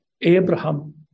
Abraham